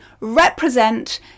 represent